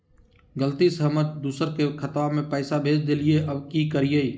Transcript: गलती से हम दुसर के खाता में पैसा भेज देलियेई, अब की करियई?